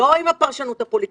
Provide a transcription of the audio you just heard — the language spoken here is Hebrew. לא עם הפרשנות הפוליטית,